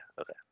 Okay